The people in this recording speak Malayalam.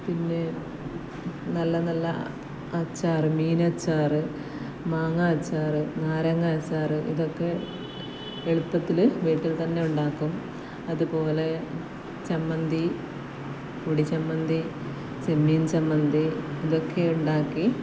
പിന്നെ നല്ല നല്ല അച്ചാർ മീനച്ചാർ മാങ്ങ അച്ചാർ നാരങ്ങ അച്ചാർ ഇതൊക്കെ എളുപ്പത്തിൽ വീട്ടിൽ തന്നെ ഉണ്ടാക്കും അതുപോലെ ചമ്മന്തി പുളിച്ചമ്മന്തി ചെമ്മീൻ ചമ്മന്തി ഇതൊക്കെ ഉണ്ടാക്കി